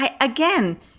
Again